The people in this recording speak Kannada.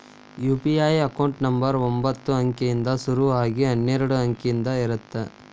ಯು.ಪಿ.ಐ ಅಕೌಂಟ್ ನಂಬರ್ ಒಂಬತ್ತ ಅಂಕಿಯಿಂದ್ ಶುರು ಆಗಿ ಹನ್ನೆರಡ ಅಂಕಿದ್ ಇರತ್ತ